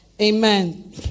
Amen